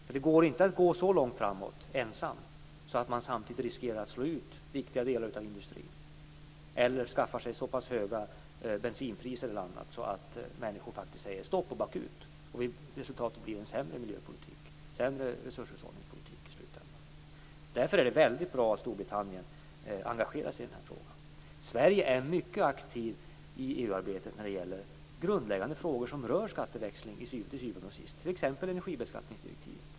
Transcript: Man kan inte ensam gå så långt framåt att man riskerar att slå ut viktiga delar av industrin eller skaffar sig så höga bensinpriser eller dylikt att människor säger stopp och slår bakut. Resultatet blir då i slutändan en sämre miljöpolitik, en sämre resurshushållningspolitik. Därför är det väldigt bra att Storbritannien engagerar sig i den här frågan. Sverige är mycket aktivt i EU-arbetet när det gäller grundläggande frågor som rör skatteväxling, t.ex. energibeskattningsdirektivet.